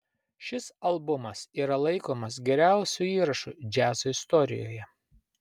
šis albumas yra laikomas geriausiu įrašu džiazo istorijoje